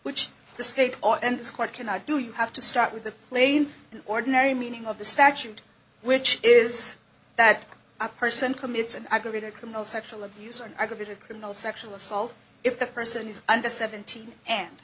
which the state or and its court cannot do you have to start with the plain ordinary meaning of the statute which is that a person commits an aggravated criminal sexual abuse and i could get a criminal sexual assault if the person is under seventeen and